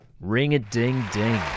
Ring-a-ding-ding